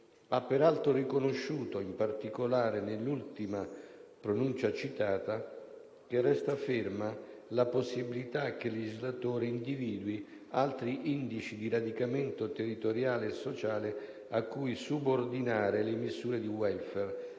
ha peraltro riconosciuto, in particolare nell'ultima pronuncia citata, che resta ferma la possibilità che il legislatore individui altri indici di radicamento territoriale e sociale a cui subordinare le misure di *welfare*